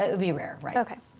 it would be rare. right. okay.